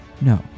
No